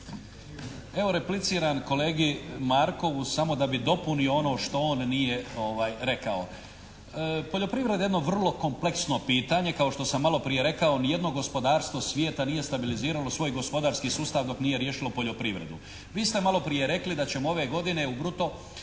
Evo repliciram kolegi Markovu samo da bi dopunio on što on nije rekao. Poljoprivreda je jedno vrlo kompleksno pitanje, kao što sam maloprije rekao ni jedno gospodarstvo svijeta nije stabiliziralo svoj gospodarski sustav dok nije riješilo poljoprivredu. Vi ste maloprije rekli da ćemo ove godine u bruto